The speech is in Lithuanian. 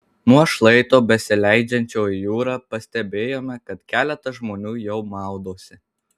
nuo šlaito besileidžiančio į jūrą pastebėjome kad keletas žmonių jau maudosi